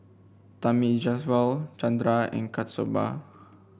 Thamizhavel Chandra and Kasturba